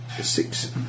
Six